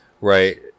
Right